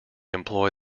employ